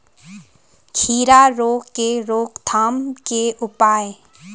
खीरा रोग के रोकथाम के उपाय?